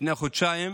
לפני חודשיים